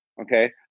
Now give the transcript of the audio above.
okay